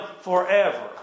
forever